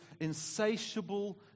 insatiable